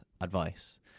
advice